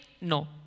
No